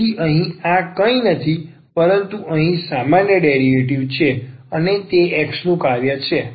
તેથી અહીં આ કંઈ નથી પરંતુ અહીં સામાન્ય ડેરિવેટિવ છે અને તે x નું કાર્ય છે